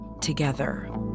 together